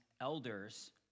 elders